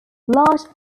large